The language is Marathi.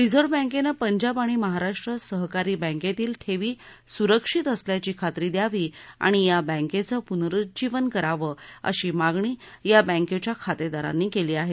रिझर्व बँकेनं पंजाब आणि महाराष्ट्र सहकारी बँकेतील ठेवी सुरक्षित असल्याची खात्री द्यावी आणि या बँकेचं प्नरूज्जीवन करावं अशी मागणी या बँकेच्या खातेदारांनी केली आहे